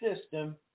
system